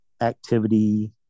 activity